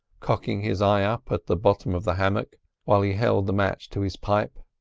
cocking his eye up at the bottom of the hammock while he held the match to his pipe.